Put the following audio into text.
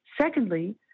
secondly